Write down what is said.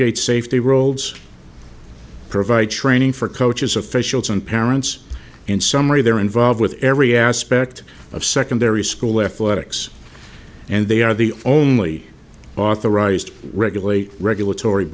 woodgate safety roles provide training for coaches officials and parents in summary they're involved with every aspect of secondary school athletics and they are the only authorized regulate regulatory